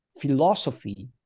philosophy